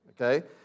okay